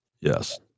Yes